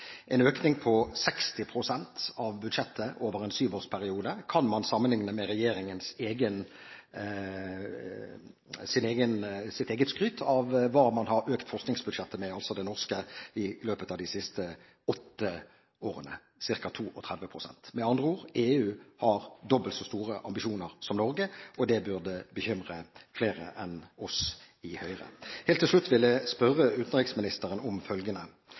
En økning på 60 pst. av budsjettet over en syvårsperiode kan man sammenligne med regjeringens eget skryt av hva man har økt det norske forskningsbudsjettet med i løpet av de siste åtte årene; ca. 32 pst. Med andre ord: EU har dobbelt så store ambisjoner som Norge, og det burde bekymre flere enn oss i Høyre. Helt til slutt vil jeg spørre utenriksministeren om følgende: